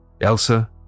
Elsa